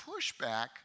pushback